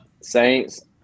Saints